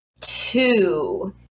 two